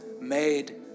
made